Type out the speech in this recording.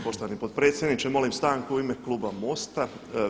Poštovani potpredsjedniče molim stanku u ime kluba MOST-a.